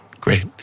Great